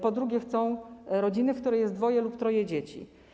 Po drugie, chcą rodziny, w której jest dwoje lub troje dzieci.